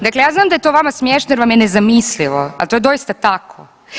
Dakle, ja znam da je to vama smiješno jer vam je nezamislivo, ali to je doista tako.